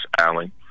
Allen